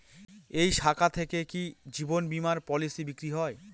এই শাখা থেকে কি জীবন বীমার পলিসি বিক্রয় হয়?